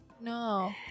No